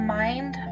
mind